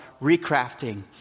recrafting